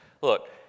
Look